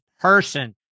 person